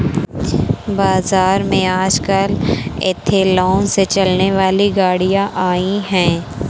बाज़ार में आजकल एथेनॉल से चलने वाली गाड़ियां आई है